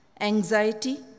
anxiety